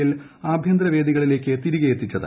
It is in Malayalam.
എൽ ആഭ്യന്തര വേദികളിലേക്ക് തിരികെയെത്തിച്ചത്